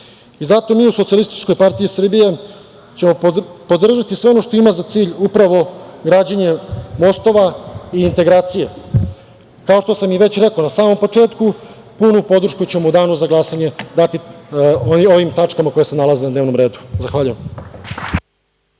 i predstave drugačijima. Zato mi u SPS ćemo podržati sve ono što ima za cilj upravo rađanje mostova i integracije. Kao što sam rekao na samom početku, punu podršku ćemo u danu za glasanje dati ovim tačkama koje se nalaze na dnevnom redu. Zahvaljujem.